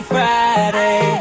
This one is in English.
Friday